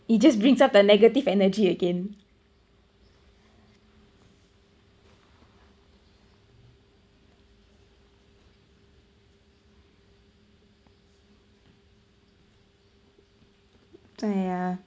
it just brings up the negative energy again yeah